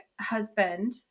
husband